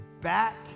back